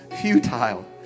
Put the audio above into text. futile